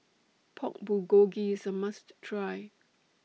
Pork Bulgogi IS A must Try